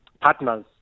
partners